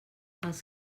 els